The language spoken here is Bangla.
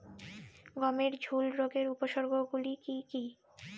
গমের ঝুল রোগের উপসর্গগুলি কী কী?